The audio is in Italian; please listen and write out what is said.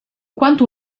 quanto